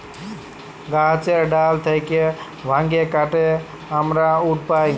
গাহাচের ডাল থ্যাইকে ভাইঙে কাটে আমরা উড পায়